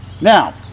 Now